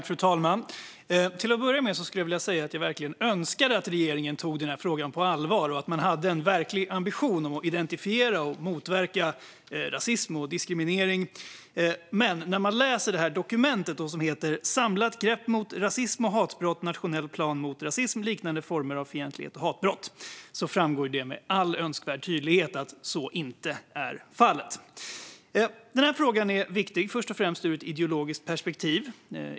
Fru talman! Till att börja med vill jag säga att jag verkligen önskar att regeringen tog den här frågan på allvar och att man hade en verklig ambition om att identifiera och motverka rasism och diskriminering. Men läser man dokumentet som heter Samlat grepp mot rasism och hatbrott - Na tionell plan mot rasism, liknande former av fientlighet och hatbrott framgår det med all önskvärd tydlighet att så inte är fallet. Den här frågan är först och främst viktig ur ett ideologiskt perspektiv.